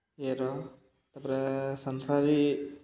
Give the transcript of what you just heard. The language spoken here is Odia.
ଇଏର ତା'ପରେ ସଂସାରୀ